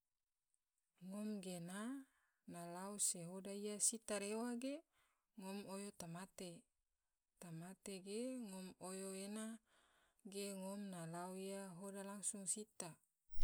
Ngom gena na lao se hoda iya ena sita rewa ge ngom oyo tamate, tamate ge ngom oyo ena ge ngom lao iya hoda langsung sita.